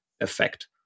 effect